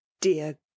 dear